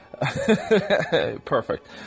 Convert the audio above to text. Perfect